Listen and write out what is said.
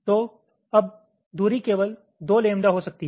तो अब दूरी केवल 2 लैम्ब्डा हो सकती है